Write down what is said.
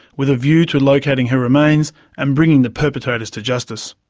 with a view to locating her remains and bringing the perpetrators to justice.